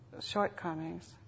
shortcomings